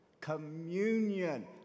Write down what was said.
Communion